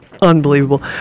unbelievable